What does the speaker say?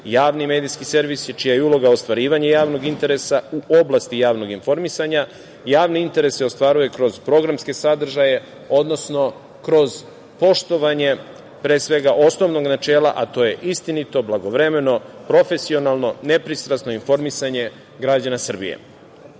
javni medijski servisi, čija je uloga ostvarivanje javnog interesa u oblasti javnog informisanja. Javne interese ostvaruje kroz programske sadržaje, odnosno kroz poštovanje pre svega osnovnog načela, a to je istinito, blagovremeno, profesionalno, nepristrasno informisanje građana Srbije. Pri